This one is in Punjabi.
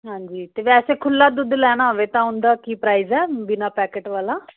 ਹਾਂਜੀ ਤੇ ਵੈਸੇ ਖੁੱਲਾ ਦੁੱਧ ਲੈਣਾ ਹੋਵੇ ਤਾਂ ਉਨ ਦਾ ਕੀ ਪ੍ਰਾਈਜ ਐ ਬਿਨ੍ਹਾਂ ਪੈਕੇਟ ਵਾਲਾ